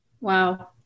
Wow